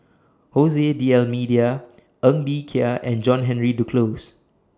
Jose D'almeida Ng Bee Kia and John Henry Duclos